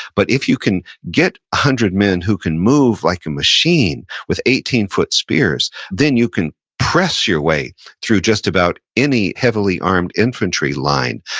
but if you can get one hundred men who can move like a machine, with eighteen foot spears, then you can press your way through just about any heavily armed infantry line.